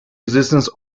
existence